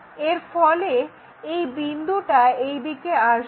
এর ফলে এই বিন্দুটা এই দিকে আসবে